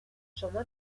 شما